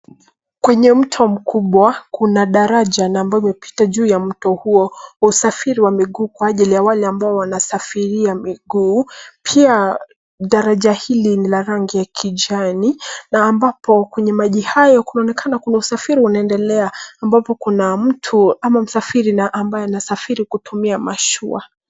Kwenye mto mkubwa kuna daraja na ambayo imepita juu ya mto huo kwa usafiri wa miguu kwa ajili ya wale ambao wanasafiria miguu. Pia daraja hili ni la rangi ya kijani na ambapo kwenye maji hayo kunaonekana kuna usafiri unaendelea ambapo kuna mtu ama msafiri na ambaye anasafiri kutumia mashua.